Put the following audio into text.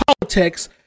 politics